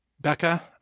Becca